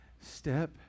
step